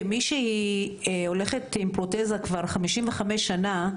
כמי שהולכת עם פרוטזה כבר 55 שנה,